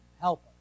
help